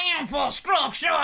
infrastructure